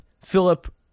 Philip